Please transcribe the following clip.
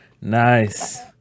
nice